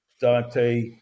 Dante